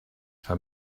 haben